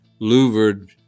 louvered